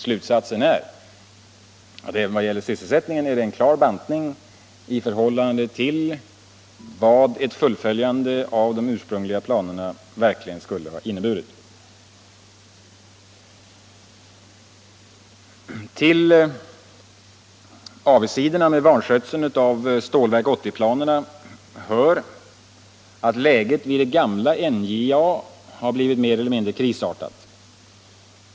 Slutsatsen är att även i vad gäller sysselsättningen är det en klar bantning i förhållande till vad ett fullföljande av de ursprungliga planerna verkligen skulle ha inneburit. Till avigsidorna med vanskötseln av Stålverk 80-planerna hör att läget i det gamla NJA blivit mer eller mindre krisartat.